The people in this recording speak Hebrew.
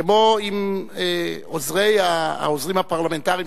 כמו עם העוזרים הפרלמנטריים,